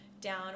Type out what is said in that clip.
down